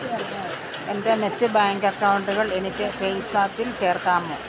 എൻ്റെ മറ്റ് ബാങ്ക് അക്കൗണ്ടുകൾ എനിക്ക് പേയ്സാപ്പിൽ ചേർക്കാമോ